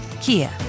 Kia